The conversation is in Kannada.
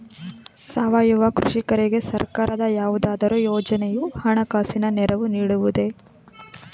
ಸಾವಯವ ಕೃಷಿಕರಿಗೆ ಸರ್ಕಾರದ ಯಾವುದಾದರು ಯೋಜನೆಯು ಹಣಕಾಸಿನ ನೆರವು ನೀಡುವುದೇ?